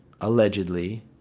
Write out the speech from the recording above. allegedly